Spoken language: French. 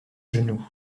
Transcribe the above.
genou